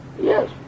yes